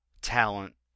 talent